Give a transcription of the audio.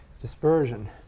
dispersion